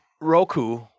Roku